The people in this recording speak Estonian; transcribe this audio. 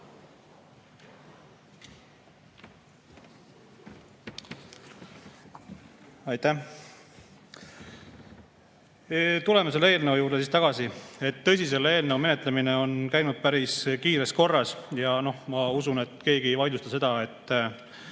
Aitäh! Tuleme selle eelnõu juurde tagasi. Tõsi, selle eelnõu menetlemine on käinud päris kiires korras ja ma usun, et keegi ei vaidlusta seda, et